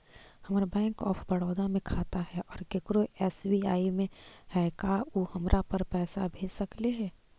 हमर bank of Baroda में खाता है और केकरो एस.बी.आई में है का उ हमरा पर पैसा भेज सकले हे?